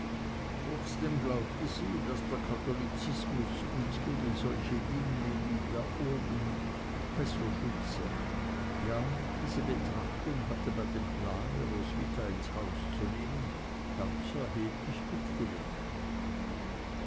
trotzdem glaubte sie daß der katholizismus uns gegen solche dinge wie da oben besser schütze ja diese betrachtung hatte bei dem plan roswitha ins haus zu nehmen ganz erheblich mitgewirkt